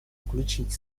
включить